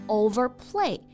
overplay